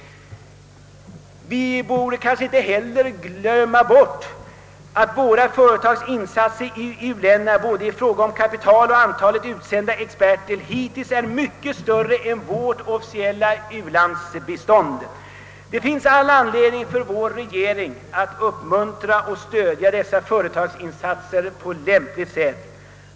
Vi borde kanske inte heller glömma bort att våra företags insatser i u-länderna både i fråga om kapital och antalet utsända experter hittills är mycket större än vårt officiella u-landsbistånd. Det finns all anledning för vår regering att uppmuntra och stödja dessa företagsinsatser på lämpligt sätt.